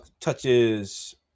touches